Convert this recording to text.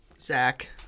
Zach